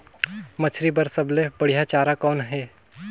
मछरी बर सबले बढ़िया चारा कौन हे?